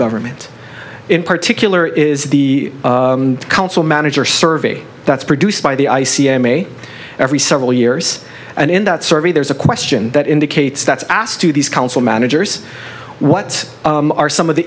government in particular is the council manager survey that's produced by the i c m me every several years and in that survey there's a question that indicates that's asked to these council managers what are some of the